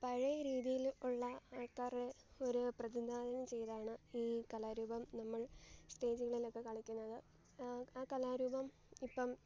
പഴയ രീതിയിൽ ഉള്ള ആൾക്കാരുടെ ഒരു പ്രതിനിദാനം ചെയ്താണ് ഈ കലാരൂപം നമ്മൾ സ്റ്റേജിന്മേലെയൊക്കെ കളിക്കുന്നത് ആ കലാരൂപം ഇപ്പം